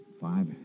Five